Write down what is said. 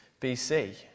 BC